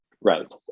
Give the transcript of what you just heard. Right